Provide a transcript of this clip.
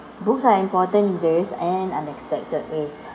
books are important in various and unexpected ways